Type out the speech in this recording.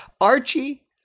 Archie